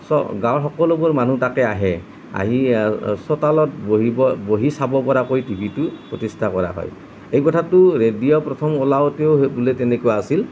চ' গাঁৱৰ সকলোবোৰ মানুহ তাতে আহে আহি চোতালত বহিব বহি চাব পৰাকৈ টিভিটো প্ৰতিষ্ঠা কৰা হয় এইকথাটো ৰেডিঅ' প্ৰথম ওলাওঁতেও হে বোলে তেনেকুৱা আছিল